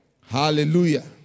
Hallelujah